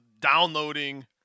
downloading